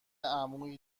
عمویی